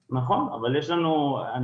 נכון, אבל יש לנו עוד רופאים.